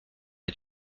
est